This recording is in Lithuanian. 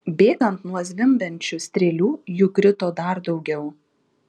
bėgant nuo zvimbiančių strėlių jų krito dar daugiau